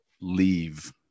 leave